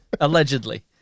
Allegedly